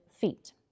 feet